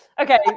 Okay